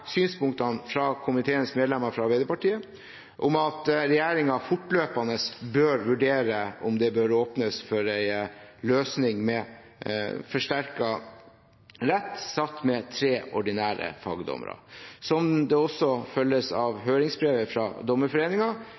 synspunktene fra komiteens medlemmer fra Arbeiderpartiet om at regjeringen fortløpende bør vurdere om det bør åpnes for en løsning med forsterket rett satt med tre ordinære fagdommere. Som det også følger av høringsbrevet fra